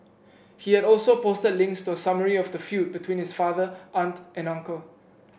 he had also posted links to a summary of the feud between his father aunt and uncle